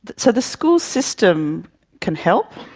so the school system can help,